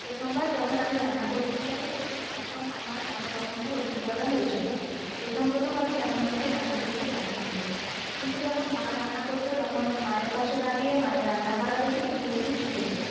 প্রথমবার যখন আমি রান্না করতে যাই তখন আমার অনেক রকমের অভিজ্ঞতা হয়েছিলো প্রথম প্রথম আমি তেমন কিছুই রান্না করতে জানতাম না কিন্তু যখন মা রান্না করতো তখন মায়ের পাশে দাঁড়িয়ে মায়ের রান্না করা দেখে কিছু কিছু শিখেছিলাম